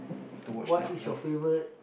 to watch that drama